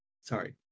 Sorry